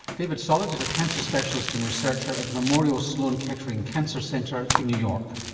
david solit is a cancer specialist and researcher at memorial sloan-kettering cancer center in new york.